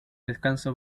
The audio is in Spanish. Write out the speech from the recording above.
descanso